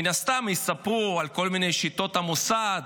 מן הסתם, יספרו על כל מיני שיטות של המוסד,